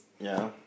ya